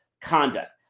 conduct